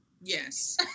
Yes